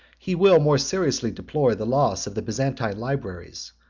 he will more seriously deplore the loss of the byzantine libraries,